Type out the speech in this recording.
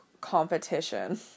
competition